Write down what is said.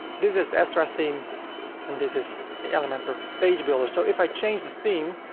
this is the astra theme and this is the elementor page builder. so if i change the theme,